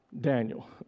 Daniel